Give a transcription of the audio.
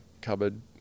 cupboard